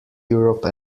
europe